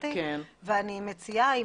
התמיכתי ואני מציעה,